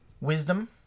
wisdom